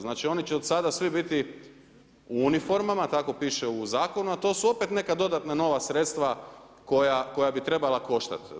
Znači oni će od sada svi biti u uniformama, tako piše u Zakonu, a to su opet neka dodatna nova sredstva koja bi trebala koštati.